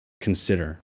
consider